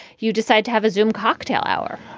you decide to have a zoom cocktail hour,